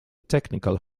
technical